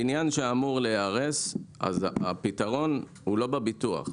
בניין שאמור להיהרס, אז הפתרון הוא לא בביטוח.